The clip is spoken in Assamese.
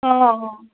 অঁ অঁ